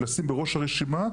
לשים בראש הרשימה,